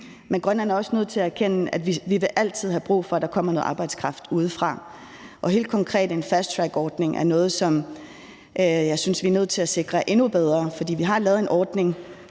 Men Grønland er også nødt til at erkende, at vi altid vil have brug for, at der kommer noget arbejdskraft udefra. Og helt konkret er en fasttrackordning noget, som jeg synes vi er nødt til at sikre endnu bedre. For vi har lavet en ordning